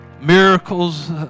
Miracles